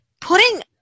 putting